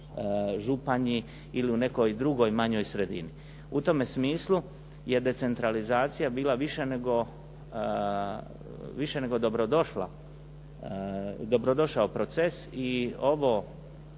Županji ili u nekoj drugoj manjoj sredini. U tome smislu je decentralizacija bila više nego dobrodošao proces i ova